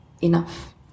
enough